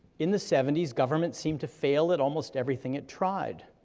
in the seventy s government seemed to fail at almost everything it tried.